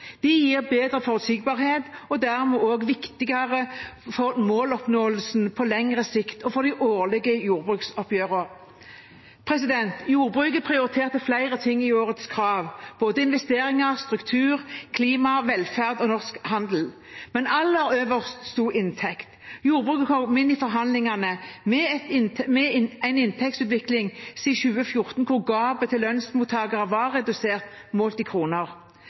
gir bedre forutsigbarhet og er dermed også viktige for måloppnåelsen på lengre sikt og for de årlige jordbruksoppgjørene. Jordbruket prioriterte flere ting i årets krav, både investeringer, struktur, klima, velferd og norsk handel. Men aller øverst sto inntekt. Jordbruket kom inn i forhandlingene med en inntektsutvikling siden 2014 hvor gapet til lønnsmottakerne var redusert målt i kroner.